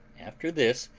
after this,